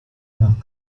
nach